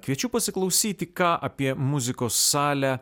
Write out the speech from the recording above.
kviečiu pasiklausyti ką apie muzikos salę